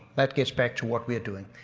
that gets back to what we're doing.